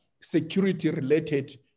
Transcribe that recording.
security-related